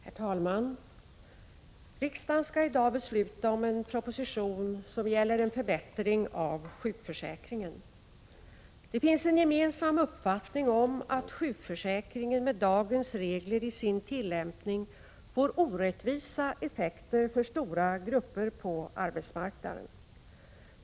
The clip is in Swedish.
Herr talman! Riksdagen skall besluta om en proposition som gäller en förbättring av sjukförsäkringen. Det finns en gemensam uppfattning om att sjukförsäkringen med dagens regler, i sin tillämpning, får orättvisa effekter för stora grupper på arbetsmarknaden.